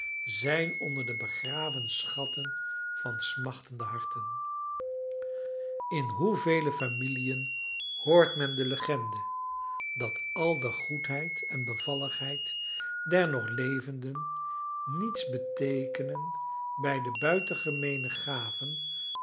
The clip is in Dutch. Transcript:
zijn onder de begraven schatten van smachtende harten in hoevele familiën hoort men de legende dat al de goedheid en bevalligheid der nog levenden niets beteekenen bij de buitengemeene gaven